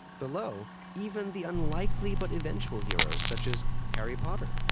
below even the unlikely but eventual heroes such as harry potter,